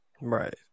Right